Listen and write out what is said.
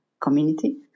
community